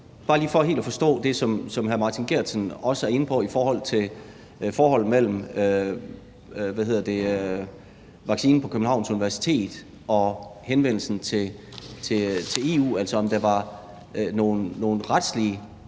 bare lige for helt at forstå det, som hr. Martin Geertsen også er inde på i forhold til forholdet mellem vaccinen på Københavns Universitet og henvendelsen til EU, altså om der var nogle retslige